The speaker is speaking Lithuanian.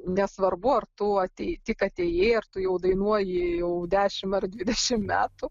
nesvarbu ar tu atėjai tik atėjai ar tu jau dainuoji jau dešimt ar dvidešimt metų